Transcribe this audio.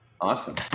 Awesome